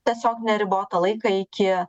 tiesiog neribotą laiką iki